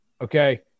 Okay